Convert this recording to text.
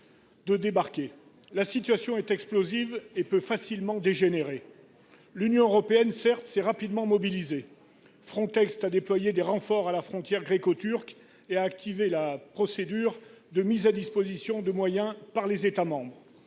de débarquer. La situation est explosive et peut facilement dégénérer. Certes, l'Union européenne s'est rapidement mobilisée. Frontex a déployé des renforts à la frontière gréco-turque et a activé la procédure de mise à disposition de moyens par les États membres.